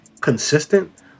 consistent